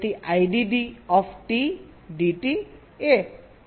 તેથી IDD dt એ C dV બને છે